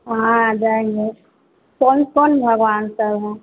वहाँ जाएँगे कौन कौन भगवान सब हैं